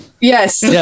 Yes